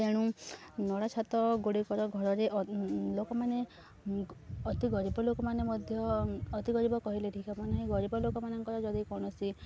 ତେଣୁ ନଡ଼ଛାତଗୁଡ଼ିକର ଘରରେ ଲୋକମାନେ ଅତି ଗରିବ ଲୋକମାନେ ମଧ୍ୟ ଅତି ଗରିବ କହିଲେ ଠିକ୍ ହବ ନାହିଁ ଗରିବ ଲୋକମାନଙ୍କର ଯଦି କୌଣସି